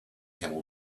camel